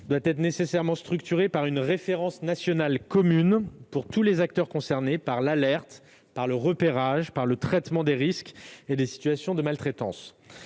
doit être nécessairement structurée par une référence nationale commune à tous les acteurs concernés par l'alerte, le repérage et le traitement des risques et des situations de maltraitance.